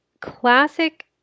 classic